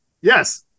Yes